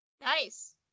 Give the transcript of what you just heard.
Nice